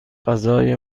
غذای